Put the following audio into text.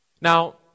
now